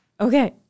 Okay